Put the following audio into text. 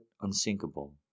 unsinkable